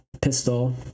pistol